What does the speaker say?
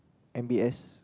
M_B_S